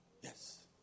Yes